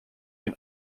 can